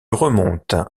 remonte